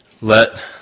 let